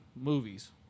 movies